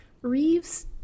reeves